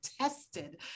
tested